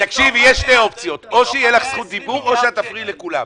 יש שתי אופציות: או שתהיה לך זכות דיבור או שאת תפריעי לכולם.